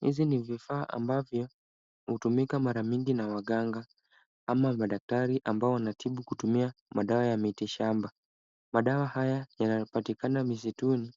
Hivi ni vifaa ambavyo hutumika mara mingi na waganga ama madaktari ambao wanatibu kutumia madawa ya miti shamba. Madawa haya yanapatikana misituni